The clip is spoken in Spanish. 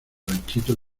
ranchito